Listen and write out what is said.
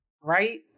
right